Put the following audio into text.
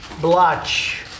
blotch